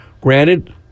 Granted